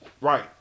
right